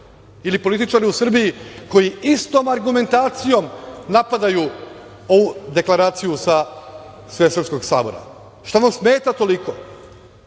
ili političare u Srbiji koji istom argumentacijom napadaju ovu deklaraciju sa Svesrpskog sabora. Šta vam smeta toliko? Kako